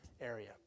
area